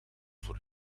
voor